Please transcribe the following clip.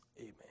amen